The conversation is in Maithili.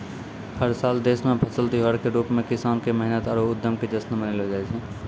हर साल देश मॅ फसल त्योहार के रूप मॅ किसान के मेहनत आरो उद्यम के जश्न मनैलो जाय छै